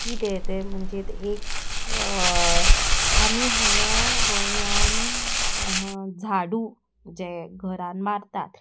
कितें तें म्हणजे एक आमी हांगा गोंयान झाडू जें घरान मारतात